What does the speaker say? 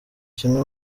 kimwe